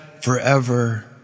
forever